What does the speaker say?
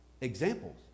examples